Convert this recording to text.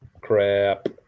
Crap